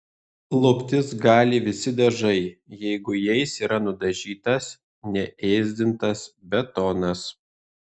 luptis gali visi dažai jeigu jais yra nudažytas neėsdintas betonas